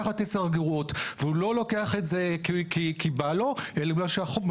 לכן גם אם יש ארבעה שלטים אחרים הוא יוסיף שלט וזו לא הבעיה.